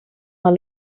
are